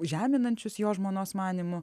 žeminančius jo žmonos manymu